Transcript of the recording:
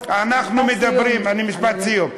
משפט סיום.